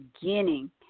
beginning